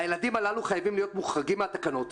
הילדים הללו חייבים להיות מוחרגים מהתקנות.